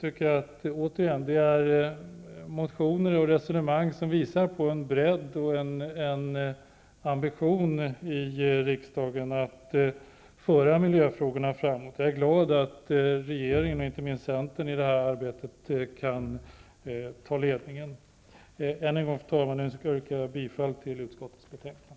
Det är motioner och resonemang som visar på en bredd och en ambition i riksdagen att föra miljöfrågorna framåt. Jag är glad att regeringen och inte minst Centern kan ta ledningen i detta arbete. Fru talman! Jag vill än en gång yrka bifall till utskottets hemställan.